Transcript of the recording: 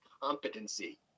competency